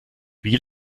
wie